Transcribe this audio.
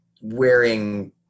wearing